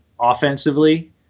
offensively